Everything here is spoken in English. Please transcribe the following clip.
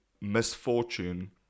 misfortune